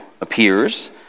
appears